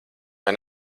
vai